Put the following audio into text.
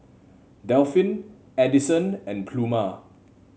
Delphin Adyson and Pluma